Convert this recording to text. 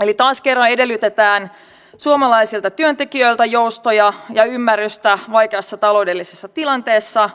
eli taas kerran edellytetään suomalaisilta työntekijöiltä joustoja ja ymmärrystä vaikeassa taloudellisessa tilanteessa